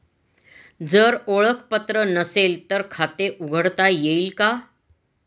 जर ओळखपत्र नसेल तर खाते उघडता येईल का?